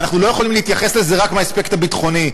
ואנחנו לא יכולים להתייחס לזה רק מהאספקט הביטחוני,